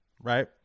right